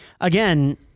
again